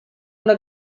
una